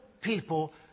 people